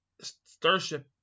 Starship